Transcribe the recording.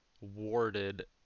warded